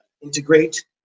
integrate